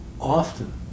often